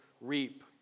reap